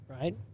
right